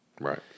Right